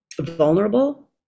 vulnerable